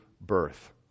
birth